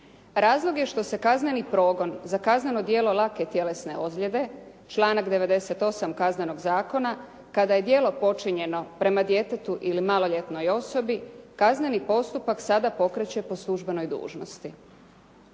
Razlog je što se kazneni progon za kazneno djelo lake tjelesne ozljede članak 98. Kaznenog zakona, kada je djelo počinjeno prema djetetu ili maloljetnoj osobi, kazneni postupak pokreće po službenoj dužnosti.